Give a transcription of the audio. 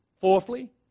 Fourthly